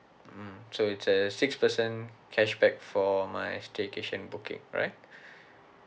mm so it's a six percent cashback for my staycation booking right